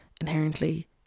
inherently